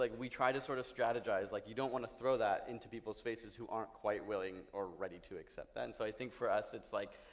like we try to sort of strategize. like, you don't want to throw that into people's faces who aren't quite willing or ready to accept that. and so i think for us it's, like,